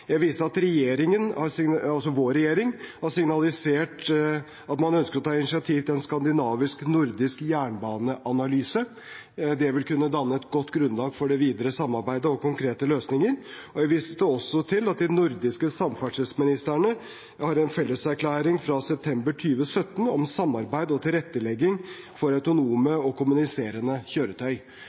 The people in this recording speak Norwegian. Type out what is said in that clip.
Jeg viste at vår regjering har signalisert at man ønsker å ta initiativ til en skandinavisk/nordisk jernbaneanalyse. Det vil kunne danne et godt grunnlag for det videre samarbeidet om konkrete løsninger. Jeg viste også til at de nordiske samferdselsministrene har en felleserklæring fra september 2017 om samarbeid og tilrettelegging for autonome og kommuniserende kjøretøy.